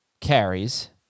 carries